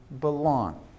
belong